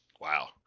Wow